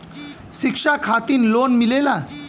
शिक्षा खातिन लोन मिलेला?